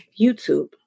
YouTube